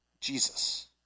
Jesus